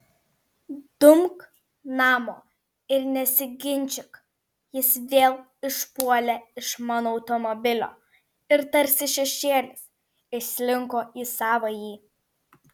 dumk namo ir nesiginčyk jis vėl išpuolė iš mano automobilio ir tarsi šešėlis įslinko į savąjį